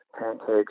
pancakes